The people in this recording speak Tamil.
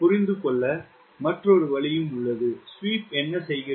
புரிந்துகொள்ள மற்றொரு வழி உள்ளது ஸ்வீப் என்ன செய்கிறது